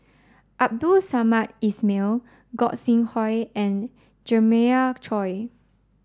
Abdul Samad Ismail Gog Sing Hooi and Jeremiah Choy